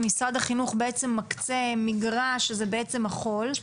אם משרד החינוך בעצם מקצה מגרש זה בעצם החול,